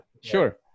sure